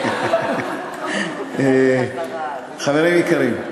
חברי היקרים,